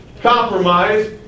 Compromise